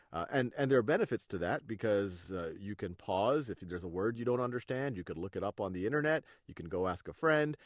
and and there are benefits to that because you can pause. if there's a word you don't understand, you could look it up on the internet. you can go ask a friend.